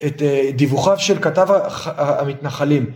‫את דיווחיו של כתב המתנחלים.